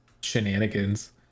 shenanigans